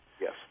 Yes